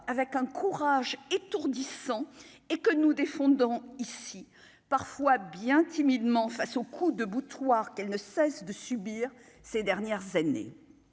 avec un courage étourdissant et que nous défendons ici parfois bien timidement face aux coups de boutoir, qu'elle ne cesse de subir ces dernières années,